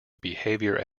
behavior